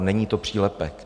Není to přílepek.